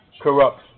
Corrupt